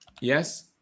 Yes